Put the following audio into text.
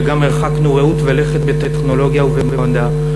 וגם הרחקנו ראות ולכת בטכנולוגיה ובמדע.